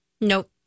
Nope